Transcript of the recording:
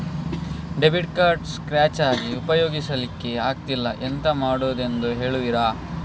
Debit card scratch ಆಗಿ ಉಪಯೋಗಿಸಲ್ಲಿಕ್ಕೆ ಆಗ್ತಿಲ್ಲ, ಎಂತ ಮಾಡುದೆಂದು ಹೇಳುವಿರಾ?